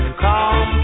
come